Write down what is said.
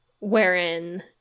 wherein